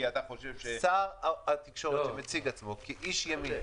כי אתה חושב --- שר תקשורת שמציג עצמו כאיש ימין,